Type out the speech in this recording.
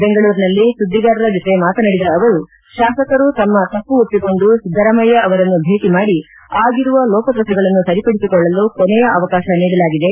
ಬೆಂಗಳೂರಿನಲ್ಲಿ ಸುದ್ಗಿಗಾರರ ಜೊತೆ ಮಾತನಾಡಿದ ಅವರು ಶಾಸಕರು ತಮ್ನ ತಪ್ಪು ಒಪ್ಪಿಕೊಂಡು ಸಿದ್ಗರಾಮಯ್ನ ಅವರನ್ನು ಭೇಟಿ ಮಾಡಿ ಆಗಿರುವ ಲೋಪದೋಪಗಳನ್ನು ಸರಿಪಡಿಸಿಕೊಳ್ಳಲು ಕೊನೆಯ ಅವಕಾಶ ನೀಡಲಾಗಿದೆ